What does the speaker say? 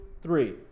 three